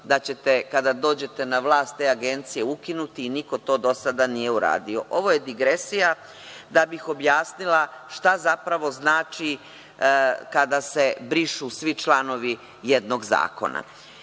da ćete, kada dođete na vlast te agencije ukinuti i niko to do sada nije uradio. Ovo je digresija, da bih objasnila šta zapravo znači kada se brišu svi članovi jednog zakona.